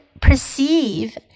perceive